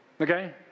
Okay